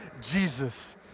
Jesus